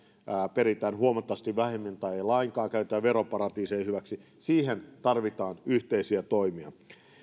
peritään huomattavasti vähemmin tai ei lainkaan käytetään veroparatiiseja hyväksi siihen tarvitaan yhteisiä toimia